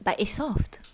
but it's soft